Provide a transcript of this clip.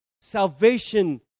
salvation